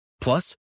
Plus